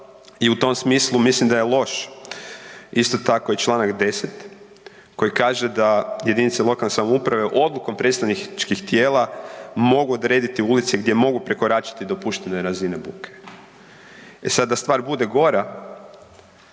I u tom smislu mislim da je loš isto tako i čl. 10. koji kaže da JLS-ovi odlukom predstavničkih tijela mogu odrediti ulice gdje mogu prekoračiti dopuštene razine buke. E sad da stvar bude gora,